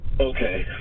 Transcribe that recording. Okay